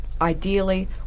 ideally